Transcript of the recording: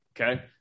Okay